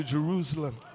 Jerusalem